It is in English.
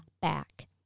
back